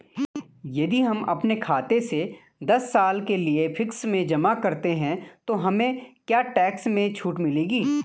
यदि हम अपने खाते से दस साल के लिए फिक्स में जमा करते हैं तो हमें क्या टैक्स में छूट मिलेगी?